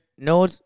No